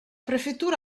prefettura